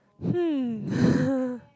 hmm